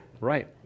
Right